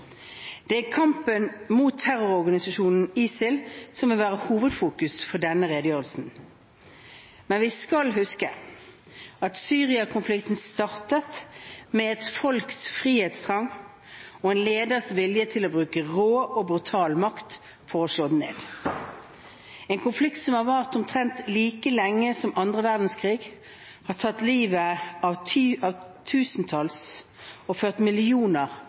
Det er kampen mot terrororganisasjonen ISIL som vil være hovedfokus for denne redegjørelsen. Men vi skal huske at Syria-konflikten startet med et folks frihetstrang og en leders vilje til å bruke rå og brutal makt for å slå den ned. En konflikt som har vart omtrent like lenge som annen verdenskrig, har tatt livet av tusentalls og ført millioner